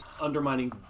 undermining